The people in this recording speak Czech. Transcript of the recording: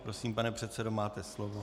Prosím, pane předsedo, máte slovo.